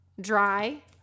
dry